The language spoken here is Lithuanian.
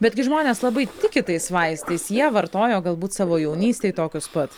betgi žmonės labai tiki tais vaistais jie vartojo galbūt savo jaunystėj tokius pat